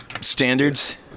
standards